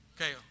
Okay